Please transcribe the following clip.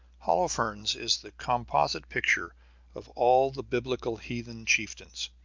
holofernes is the composite picture of all the biblical heathen chieftains.